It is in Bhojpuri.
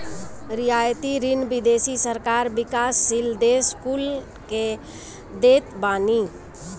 रियायती ऋण विदेशी सरकार विकासशील देस कुल के देत बानी